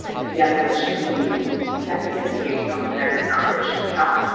but yeah. so it should be definitely educational. but that is not where it should stop.